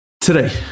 Today